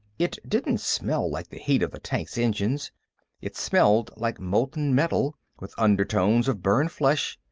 it didn't smell like the heat of the tank's engines it smelled like molten metal, with undertones of burned flesh.